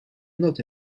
not